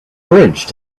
bridge